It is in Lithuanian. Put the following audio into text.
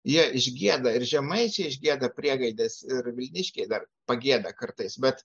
jie išgieda ir žemaičiai išgieda priegaides ir vilniškiai dar pagieda kartais bet